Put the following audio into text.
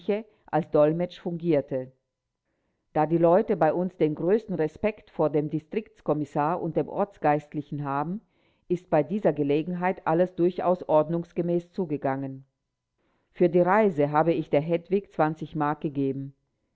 als dolmetsch fungierte da die leute bei uns den größten respekt vor dem distriktskommissar und dem ortsgeistlichen haben ist bei dieser gelegenheit alles durchaus ordnungsmäßig zugegangen für die reise habe ich der hedwig mark gegeben